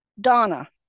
Donna